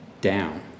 down